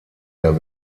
der